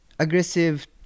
aggressive